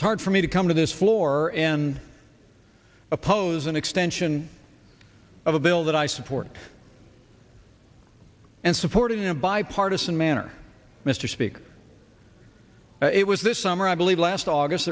it's hard for me to come to this floor and oppose an extension of a bill that i supported and supported in a bipartisan manner mr speaker it was this summer i believe last august